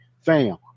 Fam